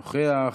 נוכח.